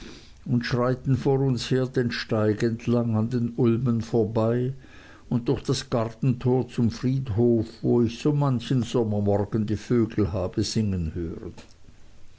und schreiten vor uns her den steig entlang an den ulmen vorbei und durch das gartentor zum friedhof wo ich so manchen sommermorgen die vögel habe singen hören